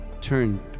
turn